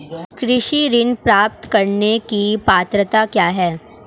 कृषि ऋण प्राप्त करने की पात्रता क्या है?